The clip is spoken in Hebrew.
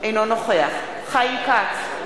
אינו נוכח חיים כץ,